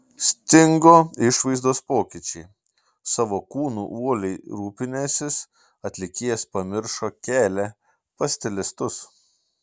stingo išvaizdos pokyčiai savo kūnu uoliai rūpinęsis atlikėjas pamiršo kelią pas stilistus